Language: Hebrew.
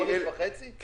בחודש וחצי?